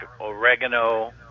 oregano